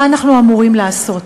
מה אנחנו אמורים לעשות?